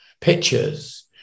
pictures